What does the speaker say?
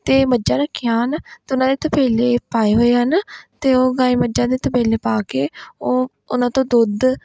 ਅਤੇ ਮੱਝਾਂ ਰੱਖੀਆਂ ਹਨ ਅਤੇ ਉਹਨਾਂ ਨੇ ਤਬੇਲੇ ਪਾਏ ਹੋਏ ਹਨ ਅਤੇ ਉਹ ਗਾਂਈ ਮੱਝਾਂ ਦੇ ਤਬੇਲੇ ਪਾ ਕੇ ਉਹ ਉਹਨਾਂ ਤੋਂ ਦੁੱਧ